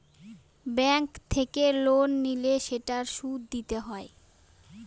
bank থেকে loan নিলে সেটার সুদ দিতে হয়